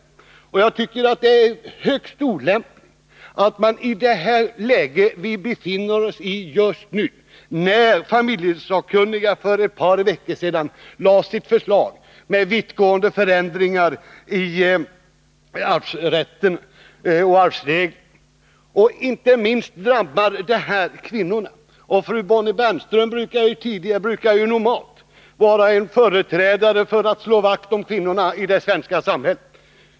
Det är högst olämpligt att göra dessa förändringar i det här läget, bl.a. därför att familjelagssakkunniga för ett par veckor sedan lade fram ett förslag till vittgående förändringar i arvsrätten och arvsreglerna. Dessa förändringar drabbar inte minst kvinnorna, och fru Bonnie Bernström brukar ju normalt vara en företrädare för kvinnorna och slå vakt om dem i det svenska samhället.